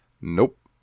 Nope